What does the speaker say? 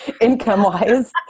income-wise